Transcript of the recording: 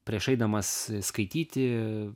prieš eidamas skaityti